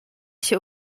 się